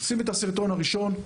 נציג את הסרטון הראשון.